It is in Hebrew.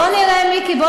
בוא נראה, מיקי, יופי.